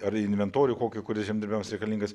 ar inventorių kokį kuris žemdirbiams reikalingas